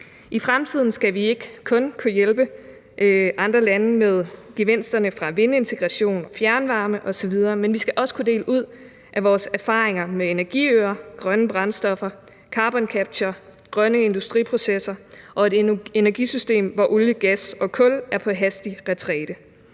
I fremtiden skal vi ikke kun kunne hjælpe andre lande med gevinsterne fra vindintegration, fjernvarme osv., men også dele ud af vores erfaringer med energiøer, grønne brændstoffer, carboncapture, grønne industriprocesser og et energisystem, hvor olie, gas og kul er på hastig retræte.